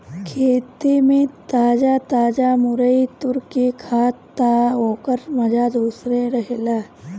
खेते में ताजा ताजा मुरई तुर के खा तअ ओकर माजा दूसरे रहेला